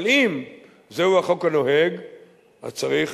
אבל אם זהו החוק הנוהג אז צריך,